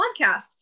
podcast